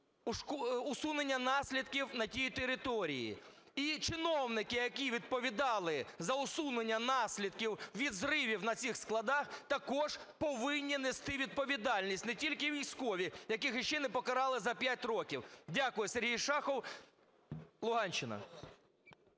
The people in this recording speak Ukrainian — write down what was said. С.В. Сергій Шахов, Луганщина.